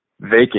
vacant